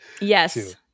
Yes